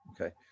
Okay